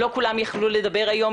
לא כולם יוכלו לדבר היום,